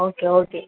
okay okay